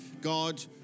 God